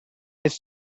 his